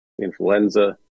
influenza